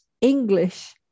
English